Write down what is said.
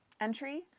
Entry